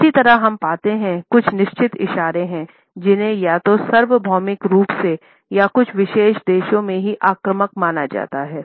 इसी तरह हम पाते हैं कि कुछ निश्चित इशारे हैं जिन्हें या तो सार्वभौमिक रूप से या कुछ विशेष देशों में ही आक्रामक माना जाता है